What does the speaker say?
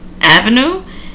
Avenue